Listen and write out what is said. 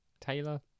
Taylor